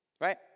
Right